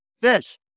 Fish